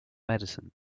medicine